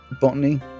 Botany